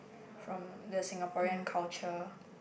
from the Singaporean culture